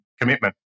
commitment